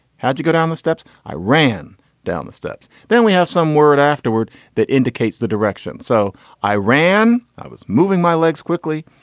how'd you go down the steps? i ran down the steps. then we have some word afterword that indicates the direction. so i ran. i was moving my legs quickly.